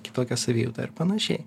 kitokia savijauta ir panašiai